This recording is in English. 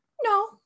No